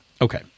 Okay